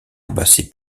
herbacées